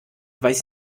weiß